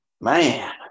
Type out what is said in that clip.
Man